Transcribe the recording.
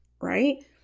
Right